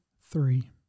three